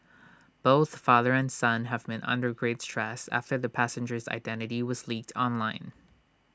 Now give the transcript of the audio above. both father and son have been under great stress after the passenger's identity was leaked online